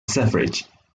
suffrage